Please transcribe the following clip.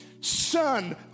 son